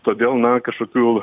todėl na kažkokių